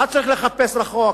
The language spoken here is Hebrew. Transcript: לא צריך לחפש רחוק,